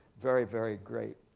very, very great.